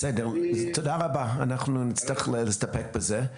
תודה רבה, אנחנו נצטרך להסתפק בזה.